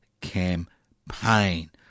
campaign